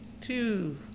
two